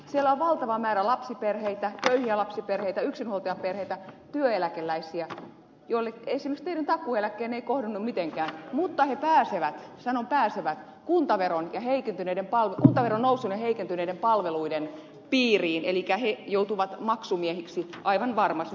siellä on valtava määrä lapsiperheitä köyhiä lapsiperheitä yksinhuoltajaperheitä työeläkeläisiä joille esimerkiksi teidän takuueläkkeenne ei kohdennu mitenkään mutta he pääsevät sanon pääsevät kuntaveron nousun ja heikentyneiden palveluiden piiriin elikkä he joutuvat maksumiehiksi aivan varmasti